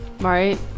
Right